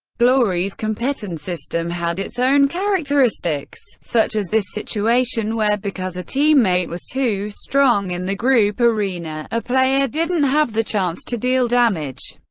glory's competition system had its own characteristics, such as this situation where because a teammate was too strong in the group arena, a player didn't have the chance to deal damage.